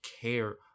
care